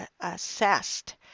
assessed